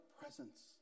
presence